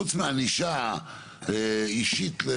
חוץ מהענישה האישית.